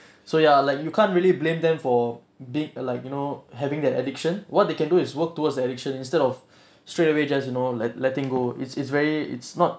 so ya like you can't really blame them for being like you know having that addiction what they can do is work towards the addiction instead of straight away just you know like letting go it's it's very it's not